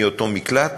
מאותו מקלט,